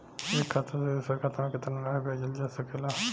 एक खाता से दूसर खाता में केतना राशि भेजल जा सके ला?